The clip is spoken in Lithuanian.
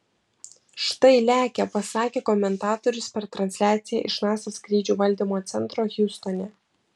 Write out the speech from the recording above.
štai lekia pasakė komentatorius per transliaciją iš nasa skrydžių valdymo centro hjustone